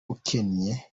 ukennye